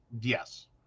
Yes